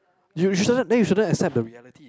you shouldn't then you shouldn't accept the reality